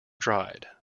dried